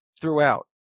throughout